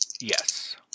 Yes